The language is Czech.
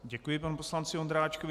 Děkuji panu poslanci Ondráčkovi.